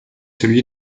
celui